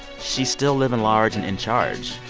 she's still living large and in charge.